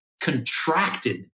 contracted